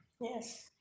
Yes